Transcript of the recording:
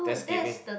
thanksgiving